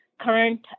current